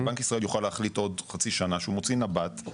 בנק ישראל יוכל להחליט עוד חצי שנה שהוא מוציא נוהל,